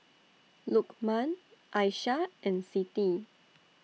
Lokman Aishah and Siti